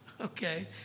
okay